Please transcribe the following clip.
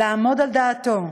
לעמוד על דעתו,